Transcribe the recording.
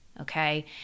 okay